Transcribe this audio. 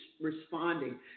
responding